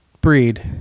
breed